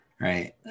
Right